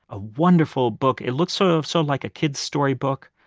a wonderful book. it looks sort of so like a kid's story book,